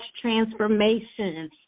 Transformation